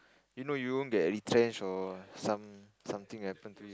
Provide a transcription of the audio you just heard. you know you won't get retrenched or some something happen to you